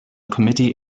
committee